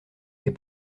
est